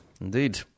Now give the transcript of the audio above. Indeed